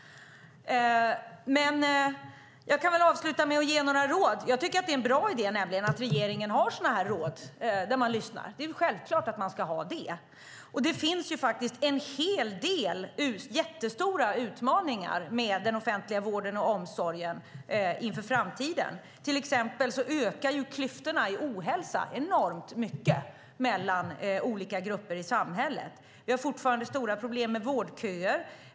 Jag kan avsluta med att ge några råd. Jag tycker nämligen att det är en bra idé att regeringen har sådana råd där man lyssnar. Det är självklart att man ska ha det. Det finns faktiskt en hel del jättestora utmaningar i den offentliga vården och omsorgen inför framtiden. Klyftorna när det gäller ohälsa ökar till exempel enormt mycket mellan olika grupper i samhället. Vi har fortfarande stora problem med vårdköer.